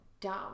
dumb